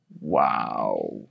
Wow